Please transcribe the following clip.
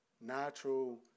natural